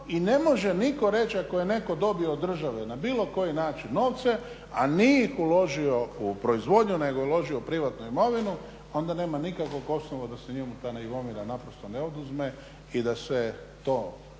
I ne može nitko reći ako je neko dobio od države na bilo koji način novce, a nije ih uložio u proizvodnju nego je uložio privatnu imovinu onda nema nikakvog osnova da se njemu ta imovina ne oduzme i da se to